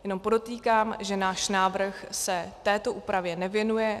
Jenom podotýkám, že náš návrh se této úpravě nevěnuje.